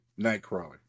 Nightcrawler